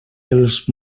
els